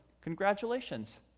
Congratulations